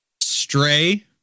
Stray